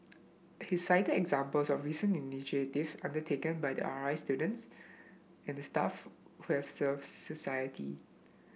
he cited examples of recent initiative undertaken by the R I students and staff served society